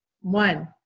One